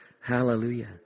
Hallelujah